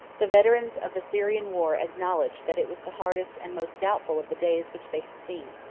the veterans of the syrian war acknowledged that it was the hardest and most doubtful of the days which they had seen.